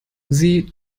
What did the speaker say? sie